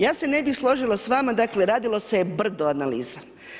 Ja se ne bi složila s vama, dakle radilo se je brdo analiza.